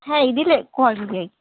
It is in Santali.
ᱦᱮᱸ ᱤᱫᱤ ᱞᱮᱫ ᱠᱚᱣᱟᱞᱮ